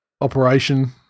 operation